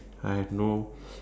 I have no